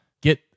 get